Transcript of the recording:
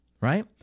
right